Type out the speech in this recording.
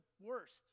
worst